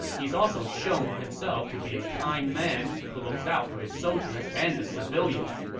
he's also shown himself to be a kind man who looks out for his soldiers and the civilians,